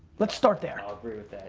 let's start there. i'll agree with that,